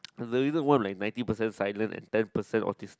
does the reader want like ninety percent silent and ten percent autistic